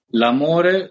l'amore